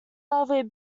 love